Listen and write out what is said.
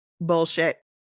bullshit